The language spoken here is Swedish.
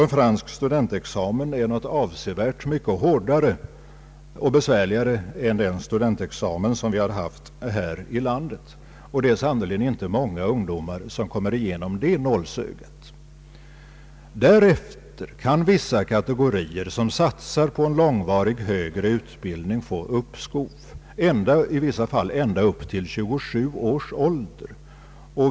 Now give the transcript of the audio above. En fransk studentexamen är något avsevärt mycket hårdare och besvärligare än den studentexamen som har funnits i detta land. Det är sannerligen inte många ungdomar som kommer igenom det nålsögat. Därefter kan vissa kategorier, som siktar till långvarig högre utbildning, få uppskov — i vissa fall ända upp till 27 års ålder.